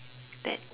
that